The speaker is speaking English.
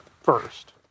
first